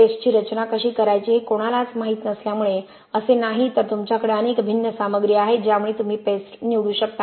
पेस्टची रचना कशी करायची हे कोणालाच माहीत नसल्यामुळे असे नाही तर तुमच्याकडे अनेक भिन्न सामग्री आहेत ज्यामुळे तुम्ही पेस्ट निवडू शकता